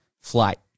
flight